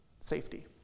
safety